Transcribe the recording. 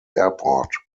airport